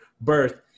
birth